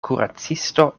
kuracisto